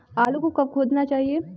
आलू को कब खोदना चाहिए?